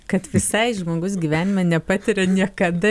kad visai žmogus gyvenime nepatiria niekada